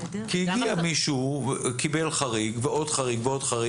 קיבל חריג ועוד חריג ועוד חריג.